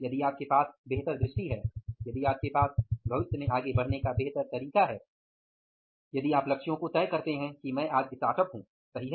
यदि आपके पास बेहतर दृष्टि है यदि आपके पास भविष्य में आगे बढ़ने का बेहतर तरीका है यदि आप लक्ष्यों को तय करते हैं कि मैं आज स्टार्टअप हूँ सही है